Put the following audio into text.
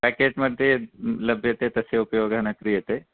packet मध्ये लभ्यते तस्य उपयोगः न क्रियते